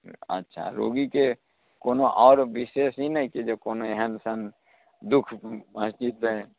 अच्छा रोगीके कोनो आओर बिशेष ई नहि छै जे कोनो एहन सन दुःख बाँकी छै